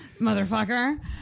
motherfucker